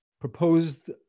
proposed